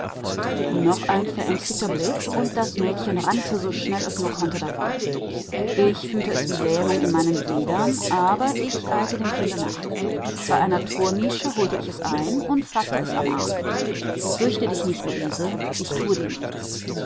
noch ein verängstigter blick und das mädchen rannte so schnell es nur konnte davon ich fühlte es wie lähmung in meinen gliedern aber ich eilte dem kinde nach bei einer tornische holte ich es ein und faßte es am arm fürchte dich nicht luise ich tue dir nichts